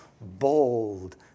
bold